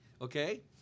okay